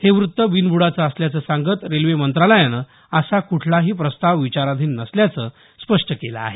हे वृत्त बिनब्डाचे असल्याचं सांगत रेल्वे मंत्रालयानं असा कुठलाही प्रस्ताव विचाराधिन नसल्याचं स्पष्ट केलं आहे